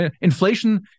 Inflation